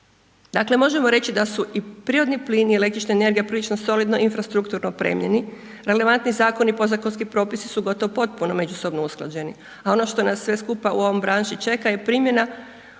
Dakle, možemo reći da su i prirodni plin i električna energija prilično solidno infrastrukturno opremljeni. Relevantni zakoni i podzakonski propisu su gotovo potpuno međusobno usklađeni, a ono što nas sve skupa u ovoj branši čeka je primjena odnosno